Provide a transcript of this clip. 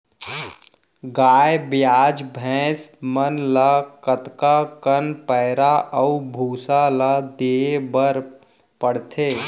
गाय ब्याज भैसा मन ल कतका कन पैरा अऊ भूसा ल देये बर पढ़थे?